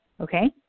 okay